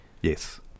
Yes